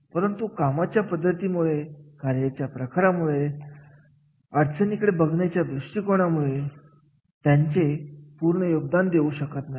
परंतु कामाच्या पद्धतीमुळे कार्याच्या प्रकारामुळे अडचण इकडे बघण्याच्या दृष्टिकोनामुळे ते त्यांचे पूर्ण योगदान देऊ शकत नाहीत